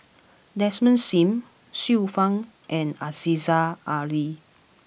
Desmond Sim Xiu Fang and Aziza Ali